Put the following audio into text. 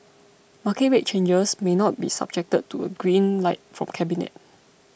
market rate changes may not be subject to a green light from cabinet